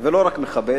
ולא רק מכבד,